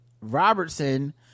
robertson